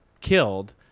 killed